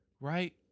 Right